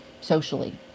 socially